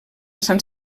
sant